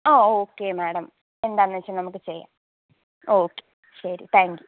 ആ okay madam എന്താന്നുവെച്ചാൽ നമുക്ക് ചെയ്യാം ഓക്കേ ശരി താങ്ക് യൂ